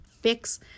fix